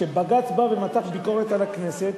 כשבג"ץ בא ומתח ביקורת על הכנסת,